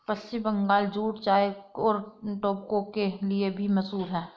पश्चिम Bangal jute चाय और tobacco के लिए भी मशहूर है